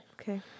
Okay